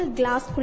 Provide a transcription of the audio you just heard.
glass